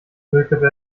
müllkippe